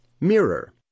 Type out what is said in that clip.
Mirror